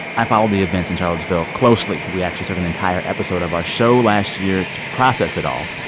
i followed the events in charlottesville closely. we actually took an entire episode of our show last year to process it all.